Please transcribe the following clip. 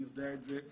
אני יודע את זה,